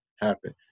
happen